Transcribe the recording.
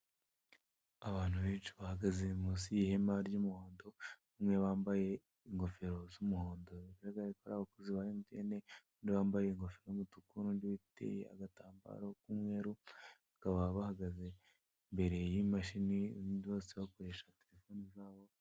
Abantu benshi bahagaze munsi y'ihema ry'umuhondo umwe wambaye ingofero z'umuhondo zigaragara abakozi ba emutiyene ( MTN) nu wambaye ingofero itukura n'uteye agatambaro k'umweru bakaba bahagaze imbere y'imashini ibindi bose bakoresha terefone zabo.